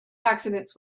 accidents